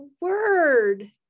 word